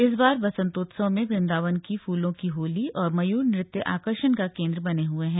इस बार वसंतोत्सव में वृंदावन की फूलों की होली और मयूर नृत्य आकर्षण का केंद्र बने हुए हैं